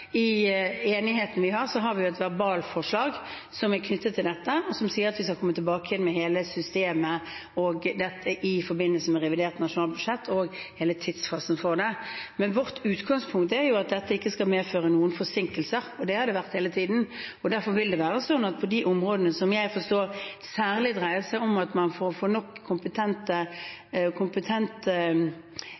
I den enigheten vi har, har vi et verbalforslag som er knyttet til dette, som sier at vi skal komme tilbake igjen med hele systemet og tidsfasen for det i forbindelse med revidert nasjonalbudsjett. Men vårt utgangspunkt er at dette ikke skal medføre noen forsinkelser, og det har det vært hele tiden. Derfor vil det være sånn at på de områdene som jeg forstår særlig dreier seg om at man får